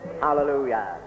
Hallelujah